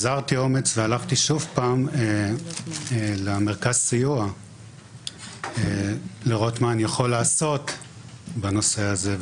אזרתי אומץ והלכתי שוב למרכז הסיוע לראות מה אני יכול לעשות בנושא הזה.